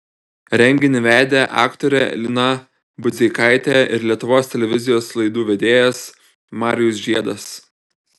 renginį vedė aktorė lina budzeikaitė ir lietuvos televizijos laidų vedėjas marijus žiedas